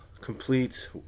complete